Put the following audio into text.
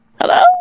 Hello